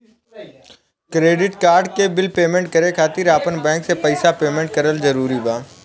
Credit card के bill payment करे खातिर आपन बैंक से पईसा पेमेंट करल जरूरी बा?